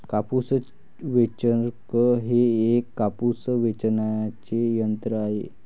कापूस वेचक हे एक कापूस वेचणारे यंत्र आहे